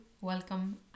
welcome